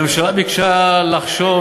הממשלה ביקשה לחשוב,